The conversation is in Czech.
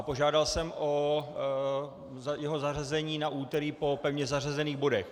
Požádal jsem o jeho zařazení na úterý po pevně zařazených bodech.